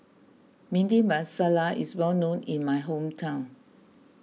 Bhindi Masala is well known in my hometown